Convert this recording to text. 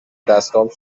دستام